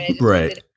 right